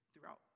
throughout